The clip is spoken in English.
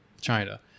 China